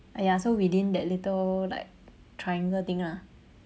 ah ya so within that little like triangle thing lah